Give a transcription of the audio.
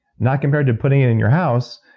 not compared to putting it in your house.